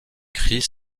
cris